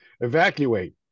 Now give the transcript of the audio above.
Evacuate